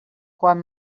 quan